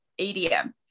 EDM